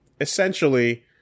essentially